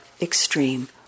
extreme